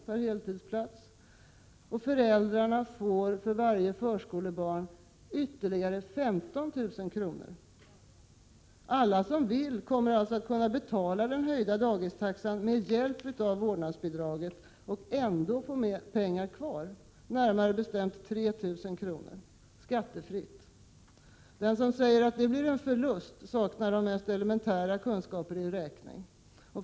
per heltidsplats, medan föräldrarna för varje förskolebarn får ytterligare 15 000 kr. Alla som vill kommer alltså att kunna betala den höjningen av dagistaxan med hjälp av vårdnadsbidraget och ändå få pengar kvar, nämligen 3 000 kr., skattefritt. Den som säger att detta blir en förlust saknar de mest elementära kunskaper i räkning.